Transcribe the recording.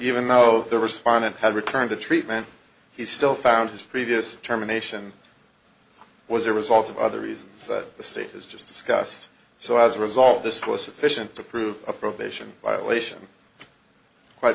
even though the respondent had returned to treatment he still found his previous terminations was a result of other reasons that the state has just discussed so as a result this was sufficient to prove a probation violation quite